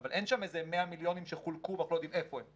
אבל אין שם איזה 100 מיליונים שחולקו ואנחנו לא יודעים איפה הם.